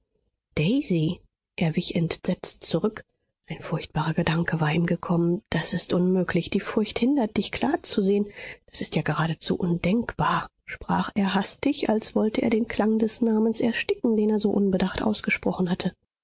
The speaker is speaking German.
daisy er wich entsetzt zurück ein furchtbarer gedanke war ihm gekommen das ist unmöglich die furcht hindert dich klar zu sehen das ist ja geradezu undenkbar sprach er hastig als wollte er den klang des namens ersticken den er so unbedacht ausgesprochen hatte